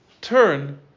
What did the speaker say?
turn